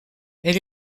elle